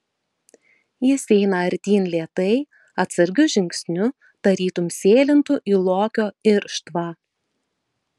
jis eina artyn lėtai atsargiu žingsniu tarytum sėlintų į lokio irštvą